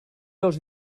els